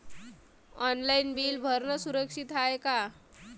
Online bill भरनं सुरक्षित हाय का?